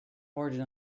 origin